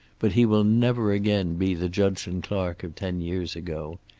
but he will never again be the judson clark of ten years ago.